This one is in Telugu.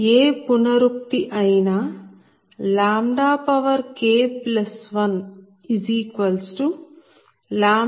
ఏ పునరుక్తి అయినా K1KK